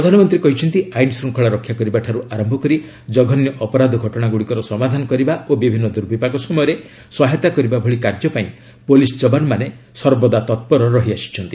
ପ୍ରଧାନମନ୍ତ୍ରୀ କହିଛନ୍ତି ଆଇନଶୃଙ୍ଖଳା ରକ୍ଷାକରିବା ଠାରୁ ଆରମ୍ଭ କରି ଜଘନ୍ୟ ଅପରାଧ ଘଟଣାଗୁଡ଼ିକର ସମାଧାନ କରିବା ଓ ବିଭିନ୍ନ ଦୁର୍ବିପାକ ସମୟରେ ସହାୟତା କରିବା ଭଳି କାର୍ଯ୍ୟ ପାଇଁ ପୋଲିସ୍ ଯବାନମାନେ ସର୍ବଦା ତପୂର ରହିଆସିଛନ୍ତି